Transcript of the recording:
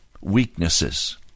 weaknesses